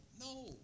no